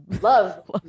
love